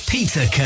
Peter